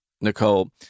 Nicole